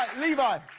levi?